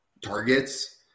targets